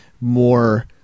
more –